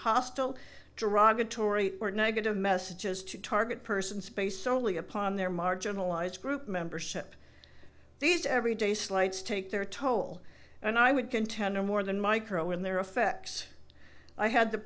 hostile derogatory or negative messages to target person space solely upon their marginalized group membership these every day slights take their toll and i would contend are more than micro in their effects i had the